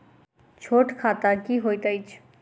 छोट खाता की होइत अछि